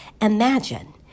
Imagine